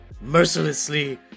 Mercilessly